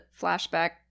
flashback